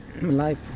life